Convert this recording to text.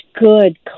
good